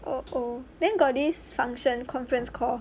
uh oh then got this function conference call